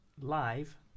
Live